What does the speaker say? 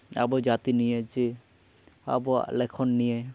ᱟᱵᱚ ᱡᱟᱹᱛᱤ ᱱᱤᱭᱮ ᱡᱮ ᱟᱵᱚᱣᱟᱜ ᱞᱤᱠᱷᱚᱱ ᱱᱤᱭᱮ